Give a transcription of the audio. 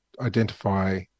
identify